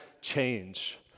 change